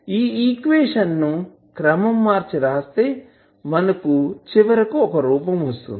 ఈ ఈక్వేషన్ క్రమం మర్చి రాస్తే మనకు చివరకు ఒక రూపం వస్తుంది